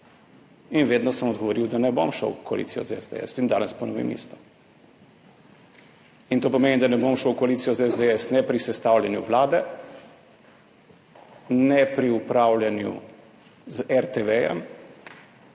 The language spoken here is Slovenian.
In vedno sem odgovoril, da ne bom šel v koalicijo z SDS, in danes ponovim isto. In to pomeni, da ne bom šel v koalicijo z SDS ne pri sestavljanju Vlade, ne pri upravljanju z RTV